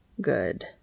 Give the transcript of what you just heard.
Good